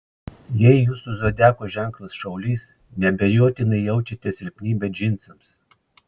jei jūsų zodiako ženklas šaulys neabejotinai jaučiate silpnybę džinsams